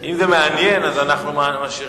אם זה מעניין, אז אנחנו משאירים.